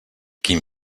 quin